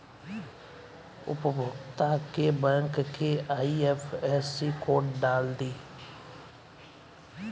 उपभोगता के बैंक के आइ.एफ.एस.सी कोड डाल दी